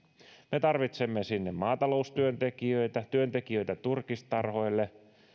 me tarvitsemme sinne maataloustyöntekijöitä työntekijöitä turkistarhoille